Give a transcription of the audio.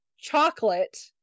chocolate